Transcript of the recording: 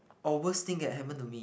or worst thing that happened to me